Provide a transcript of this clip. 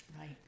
Right